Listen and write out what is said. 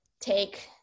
take